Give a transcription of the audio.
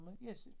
Yes